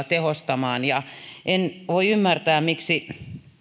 tehostamaan ja en voi ymmärtää miksi